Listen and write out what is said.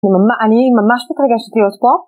אני ממש מתרגשת להיות פה